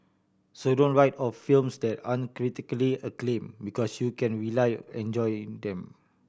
so don't write off films that aren't critically acclaimed because you can rely enjoying them